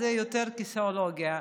זה יותר כיסאולוגיה.